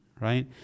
right